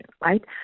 right